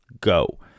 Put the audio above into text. go